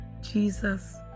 Jesus